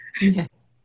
yes